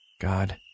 God